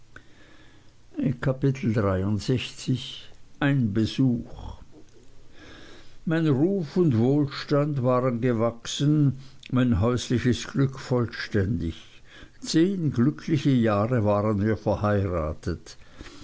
kapitel ein besuch mein ruf und wohlstand waren gewachsen mein häusliches glück vollständig zehn glückliche jahre waren wir verheiratet